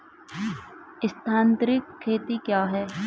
स्थानांतरित खेती क्या है?